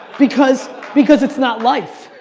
because because it's not life.